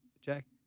Jack